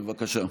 בבקשה.